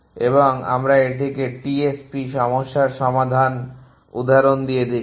এবং আমরা এটিকে টিএসপি সমস্যার উদাহরণ দিয়ে দেখি